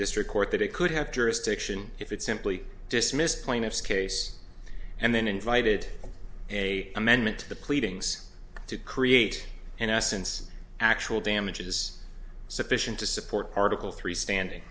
district court that it could have jurisdiction if it simply dismissed plaintiff's case and then invited a amendment to the pleadings to create in essence actual damages sufficient to support article three standing